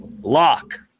Lock